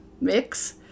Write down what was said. mix